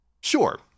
Sure